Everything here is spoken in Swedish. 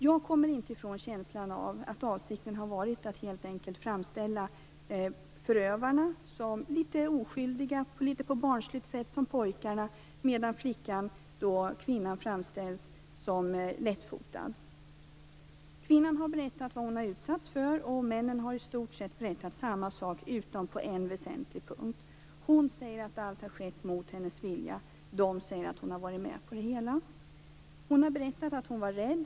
Jag kommer inte ifrån känslan av att avsikten har varit att helt enkelt framställa förövarna som litet oskyldiga och barnsliga - som "pojkarna" - medan kvinnan framställs som lättfotad. Kvinnan har berättat vad hon har utsatts för, och männen har i stort sett berättat samma sak, utom på en väsentlig punkt. Hon säger att allt har skett mot hennes vilja. De säger att hon har varit med på det hela. Hon har berättat att hon var rädd.